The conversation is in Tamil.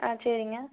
ஆ சரிங்க